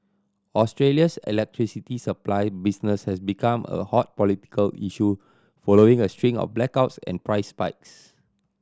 Australia's electricity supply business has become a hot political issue following a string of blackouts and price spikes